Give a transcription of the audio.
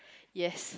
yes